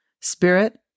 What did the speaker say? Spirit